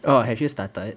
oh have you started